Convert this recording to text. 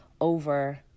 over